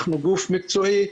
אנחנו גוף מקצועי.